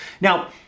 Now